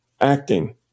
acting